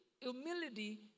humility